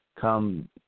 Come